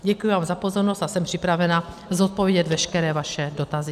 Děkuji vám za pozornost a jsem připravená zodpovědět veškeré vaše dotazy.